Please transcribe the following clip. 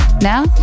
Now